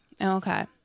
Okay